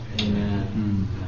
Amen